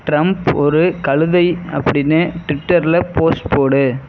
Trump ஒரு கழுதை அப்படின்னு ட்விட்டரில் போஸ்ட் போடு